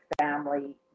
family